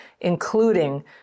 including